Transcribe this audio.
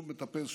שוב מטפס,